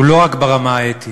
הוא לא רק ברמה האתית.